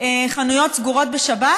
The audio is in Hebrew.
חנויות סגורות בשבת?